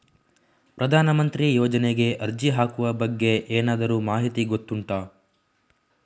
ಪ್ರಧಾನ ಮಂತ್ರಿ ಯೋಜನೆಗೆ ಅರ್ಜಿ ಹಾಕುವ ಬಗ್ಗೆ ಏನಾದರೂ ಮಾಹಿತಿ ಗೊತ್ತುಂಟ?